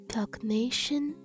Cognition